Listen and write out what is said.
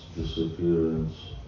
disappearance